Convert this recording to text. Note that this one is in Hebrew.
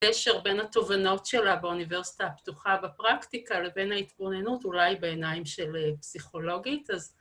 ‫קשר בין התובנות שלה ‫באוניברסיטה הפתוחה בפרקטיקה ‫לבין ההתבוננות, ‫אולי בעיניים של פסיכולוגית.